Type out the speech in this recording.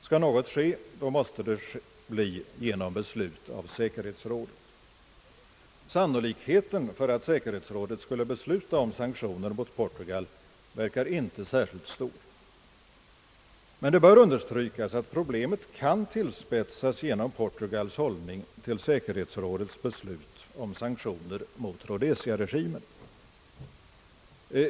Skall något ske, måste det bli genom beslut av säkerhetsrådet. Sannolikheten för att säkerhetsrådet skulle besluta om sanktioner mot Portugal verkar dock inte särskilt stor. Men det bör understrykas att problemet tillspetsas genom Portugals hållning till säkerhetsrådets beslut om sanktioner mot rhodesiaregimen.